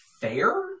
fair